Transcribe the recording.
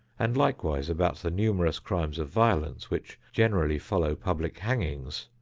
and likewise about the numerous crimes of violence which generally follow public hangings,